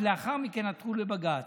ולאחר מכן עתרו לבג"ץ.